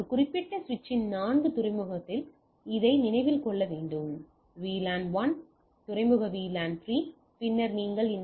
ஆனால் ஒரு குறிப்பிட்ட சுவிட்சின் நான்கு துறைமுகத்தில் இதை நினைவில் கொள்ள வேண்டும் VLAN 1 மற்ற துறைமுகம் VLAN 3